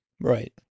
Right